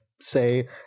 say